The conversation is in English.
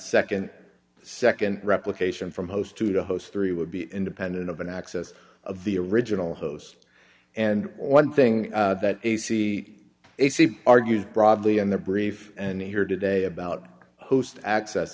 second second replication from host to the host three would be independent of an access of the original host and one thing that a c a c argues broadly in the brief and here today about host access